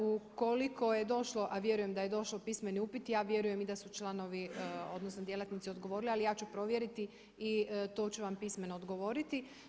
Ukoliko je došlo, a vjerujem da je došlo pismeni upit ja vjerujem da su i članovi odnosno djelatnici odgovorili ali ja ću provjeriti i to ću vam pismeno odgovoriti.